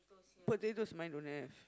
potatoes mine don't have